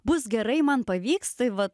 bus gerai man pavyks tai va